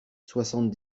soixante